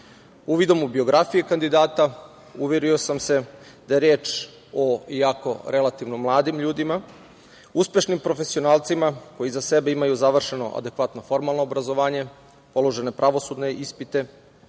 Uvidom u biografije kandidata uverio sam se da je reč o jako relativno mladim ljudima, uspešnim profesionalcima koji iza sebe imaju završeno adekvatno formalno obrazovanje, položene pravosudne ispite